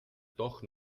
doch